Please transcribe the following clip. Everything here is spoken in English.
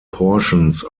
portions